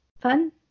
fun